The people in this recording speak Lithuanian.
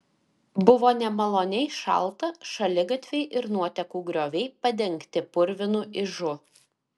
buvo nemaloniai šalta šaligatviai ir nuotekų grioviai padengti purvinu ižu